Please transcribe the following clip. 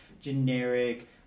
generic